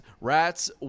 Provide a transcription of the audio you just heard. rats